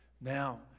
Now